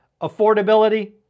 affordability